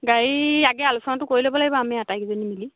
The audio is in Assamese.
গাড়ী আগে আলোচনাটো কৰি ল'ব লাগিব আমি আটাইকেইজনী মিলি